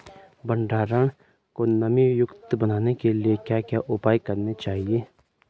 भंडारण को नमी युक्त बनाने के लिए क्या क्या उपाय करने चाहिए?